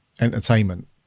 entertainment